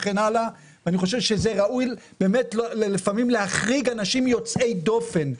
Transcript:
ראוי לפעמים להחריג אנשים יוצאי דופן.